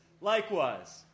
Likewise